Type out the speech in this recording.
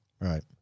Right